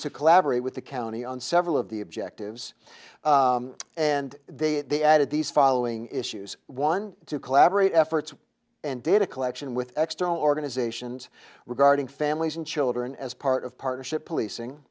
to collaborate with the county on several of the objectives and they added these following issues one to collaborate efforts and data collection with external organizations regarding families and children as part of partnership policing